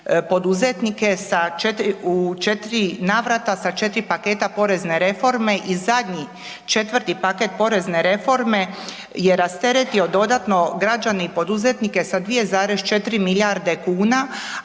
poduzetnike u 4 navrata sa 4 paketa porezne reforme i zadnji 4. paket porezne reforme je rasteretio dodatno građane i poduzetnike sa 2,4 milijarde kuna,